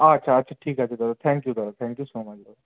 আচ্ছা আচ্ছা ঠিক আছে দাদা থ্যাংক ইউ দাদা থ্যাংক ইউ সো মাচ দাদা